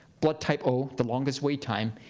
blood type o, the longest wait time,